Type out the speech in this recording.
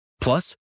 Plus